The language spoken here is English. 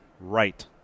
right